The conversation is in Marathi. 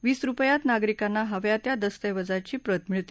वीस रुपयात नागरिकांना हव्या त्या दस्तवेजांची प्रत मिळते